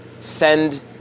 send